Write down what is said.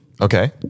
Okay